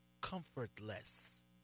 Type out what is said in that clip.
comfortless